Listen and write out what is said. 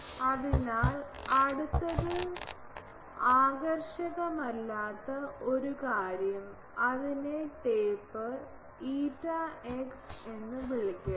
അതിനാൽ അടുത്തത് ആകർഷകമല്ലാത്ത ഒരു കാര്യം അതിനെ ടേപ്പർ ηx എന്ന് വിളിക്കട്ടെ